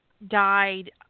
died